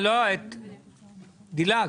דילגת.